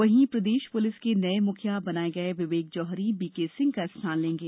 वहीं प्रदेश पुलिस के नये मुखिया बनाये गये विवेक जौहरी बीकेसिंह का स्थान लेंगे